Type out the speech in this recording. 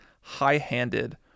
high-handed